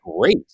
great